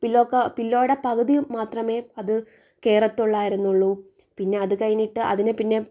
പില്ലോടെ പകുതി മാത്രമേ അത് കയറത്തുളളുവായിരുന്നുള്ളൂ പിന്നെ അതു കഴിഞ്ഞിട്ട് അതിനെ പിന്നെ